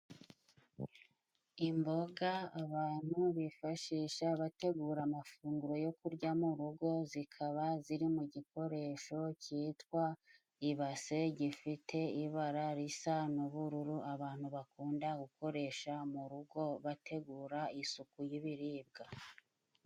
Imboga abantu bifashisha bategura amafunguro yo kurya mu rugo, zikaba ziri mu gikoresho cyitwa ibase gifite ibara risa n'ubururu, abantu bakunda gukoresha mu rugo bategura isuku y'ibiribwa.